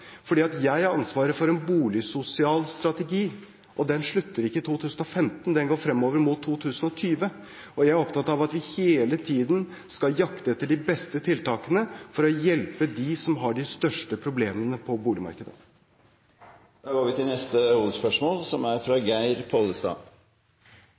Jeg har ansvaret for en boligsosial strategi, og den slutter ikke i 2015, den går fremover mot 2020, og jeg er opptatt av at vi hele tiden skal jakte etter de beste tiltakene for å hjelpe dem som har de største problemene på boligmarkedet. Da går vi til neste hovedspørsmål.